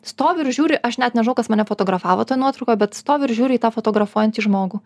stovi ir žiūri aš net nežinau kas mane fotografavo toj nuotraukoj bet stovi ir žiūri į tą fotografuojantį žmogų